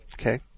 Okay